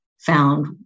found